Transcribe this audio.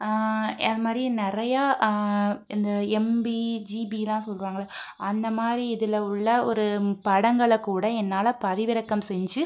அதுமாதிரி நிறையா இந்த எம்பி ஜிபிலாம் சொல்கிறாங்கள்ல அந்தமாதிரி இதில் உள்ள ஒரு படங்களை கூட என்னால் பதிவிறக்கம் செஞ்சு